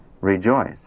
Rejoice